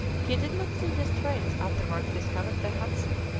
he did not see the straits afterwards discovered by hudson,